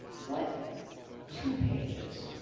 what two pages